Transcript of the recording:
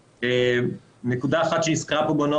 אפילו היום ניסו להרגיע פה את החששות ולומר,